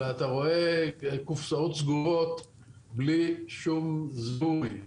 אלא אתה רואה קופסאות סגורות בלי שום זום אין,